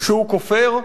שהוא כופר?